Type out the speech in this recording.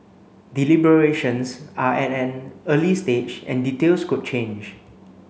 deliberations are at an early stage and details could change